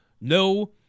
no